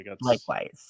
Likewise